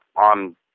on